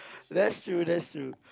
that's true that's true